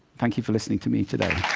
thank you for listening to me today.